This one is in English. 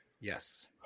Yes